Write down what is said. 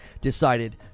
decided